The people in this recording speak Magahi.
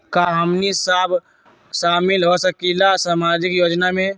का हमनी साब शामिल होसकीला सामाजिक योजना मे?